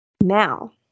Now